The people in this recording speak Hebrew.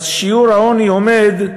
אז שיעור העוני עומד,